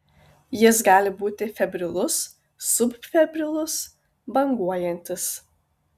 jis gali būti febrilus subfebrilus banguojantis